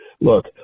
Look